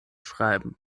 schreiben